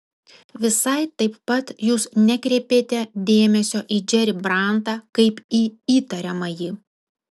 visai taip pat jūs nekreipėte dėmesio į džerį brantą kaip į įtariamąjį